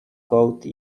code